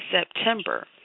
September